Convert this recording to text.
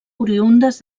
oriündes